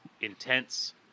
intense